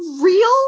real